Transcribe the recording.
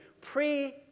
pre-